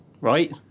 Right